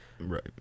Right